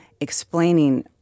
explaining